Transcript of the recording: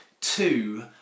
Two